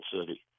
city